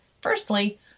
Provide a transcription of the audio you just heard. firstly